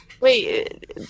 Wait